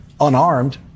unarmed